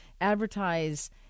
advertise